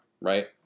right